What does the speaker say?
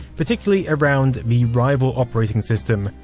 particularly around the rival operating system,